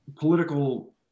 political